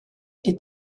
est